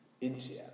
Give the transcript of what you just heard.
India